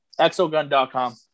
Exogun.com